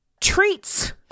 treats